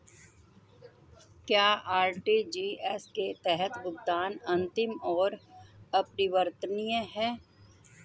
क्या आर.टी.जी.एस के तहत भुगतान अंतिम और अपरिवर्तनीय है?